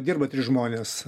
dirba trys žmonės